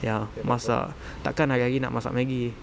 ya masak tak akan hari-hari nak masak maggi